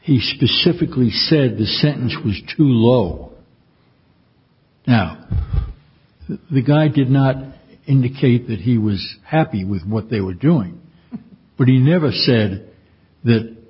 he specifically said the sentence was too low now the guy did not indicate that he was happy with what they were doing but he never said that